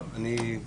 טוב, אני.